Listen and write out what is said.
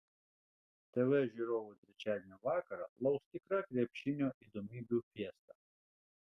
tv žiūrovų trečiadienio vakarą lauks tikra krepšinio įdomybių fiesta